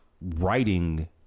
writing